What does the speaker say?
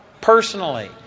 personally